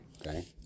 okay